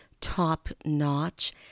top-notch